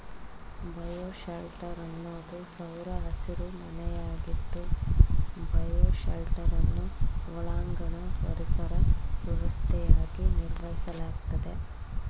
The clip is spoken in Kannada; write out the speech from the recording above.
ಬಯೋಶೆಲ್ಟರ್ ಅನ್ನೋದು ಸೌರ ಹಸಿರುಮನೆಯಾಗಿದ್ದು ಬಯೋಶೆಲ್ಟರನ್ನು ಒಳಾಂಗಣ ಪರಿಸರ ವ್ಯವಸ್ಥೆಯಾಗಿ ನಿರ್ವಹಿಸಲಾಗ್ತದೆ